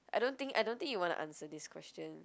I don't think I don't think you wanna answer this question